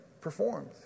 performed